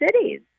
Cities